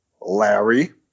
Larry